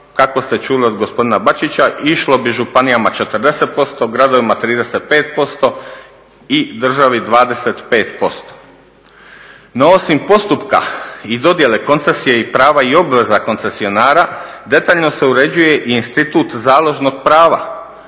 kako ste čuli od gospodina Bačića išlo bi županijama 40%, gradovima 35% i državi 25% No osim postupka i dodjele koncesije i prava i obveza koncesionara, detaljno se uređuje i institut založnog prava